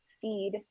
feed